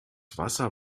wasser